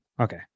Okay